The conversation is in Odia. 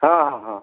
ହଁ ହଁ ହଁ